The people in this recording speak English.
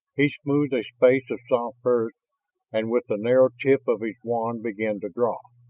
he smoothed a space of soft earth and with the narrow tip of his wand began to draw.